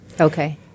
Okay